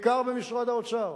בעיקר במשרד האוצר,